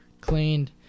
cleaned